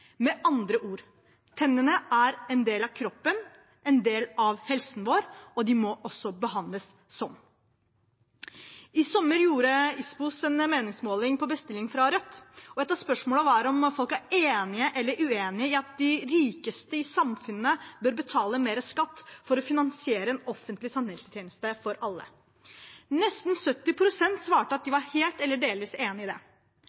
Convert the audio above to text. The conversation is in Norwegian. Med andre ord: Tennene er en del av kroppen og en del av helsen vår, og de må også behandles sånn. I sommer gjorde Ipsos en meningsmåling på bestilling fra Rødt, og et av spørsmålene var om folk er enig eller uenig i at de rikeste i samfunnet bør betale mer skatt for å finansiere en offentlig tannhelsetjeneste for alle. Nesten 70 pst. svarte at de var helt eller delvis enig i det.